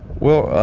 well,